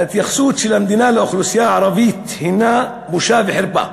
ההתייחסות של המדינה לאוכלוסייה הערבית היא בושה וחרפה,